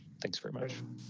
thanks very much.